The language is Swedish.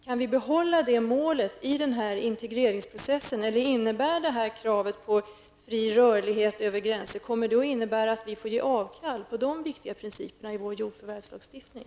Kan vi behålla målet i integreringsprocessen, eller kommer kravet på fri rörlighet över gränserna att innebära att vi får avstå från på dessa viktiga principer i vår jordförvärvslagstiftning?